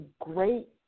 great